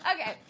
Okay